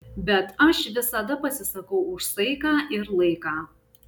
bet aš visada pasisakau už saiką ir laiką